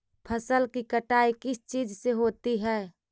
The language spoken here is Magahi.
फसल की कटाई किस चीज से होती है?